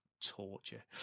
Torture